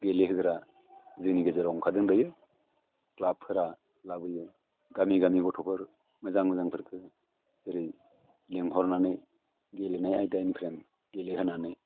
गेलेहोग्रा जोंनि गेजेराव ओंखारदों दायो क्लाबफोरा लाबोयो गामि गामि गथ'फोर मोजां मोजांफोरखौ जेरै लिंहरनानै गेलेनाय आयदानिफ्राय गेलेहोनानै